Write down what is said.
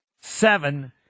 Seven